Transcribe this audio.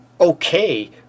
okay